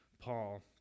Paul